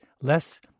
less